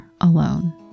alone